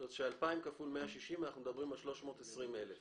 כלומר מדובר על 320,000 שקל.